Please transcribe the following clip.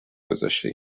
گذاشته